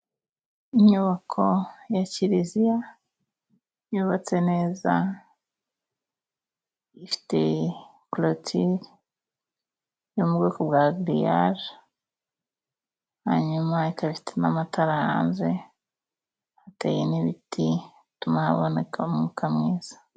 Inyubako ya kiliziya yubatse neza ifite korotire yo mu bwoko bwa giriyaje, hanyuma ikaba ifite n'amatara hanze, hateye n'ibiti bituma haboneka umwuka mwiza.